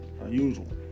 Unusual